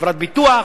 חברת ביטוח,